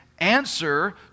answer